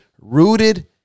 rooted